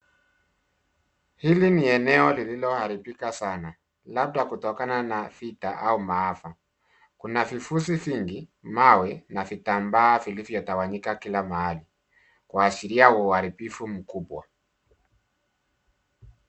Hili ni eneo lililoharibika sana, labda kutokana na vita au maafa. Kuna vifuzi vingi, mawe na vitambaa vilivyotawanyika kila mahali kuashiria uharibufu mkubwa.